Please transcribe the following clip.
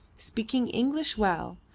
speaking english well,